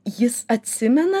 jis atsimena